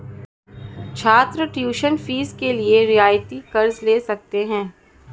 छात्र tuition fees के लिए रियायती कर्ज़ ले सकते हैं